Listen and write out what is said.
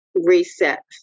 Reset